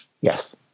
Yes